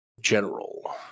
General